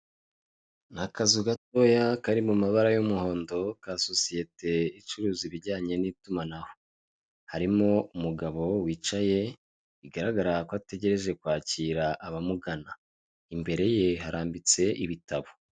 Ni akazu gatoya kari mu mabara y'umuhondo ka sosiyete icuruza ibijyanye n'itumanaho. Harimo umugabo wicaye bigaragara ko ategereje kwakira abamugana, imbere ye harambitse ibitabo.